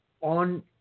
on